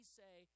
say